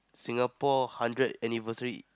Singapore hundred anniversary